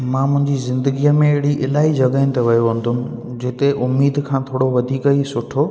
मां मुंहिंजी ज़िंदगीअ में अहिड़ी इलाही जॻहियुनि ते वियो हूंदुमि जिते उमीद खां थोरो वधीक ई सुठो